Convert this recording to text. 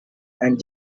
and